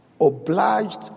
obliged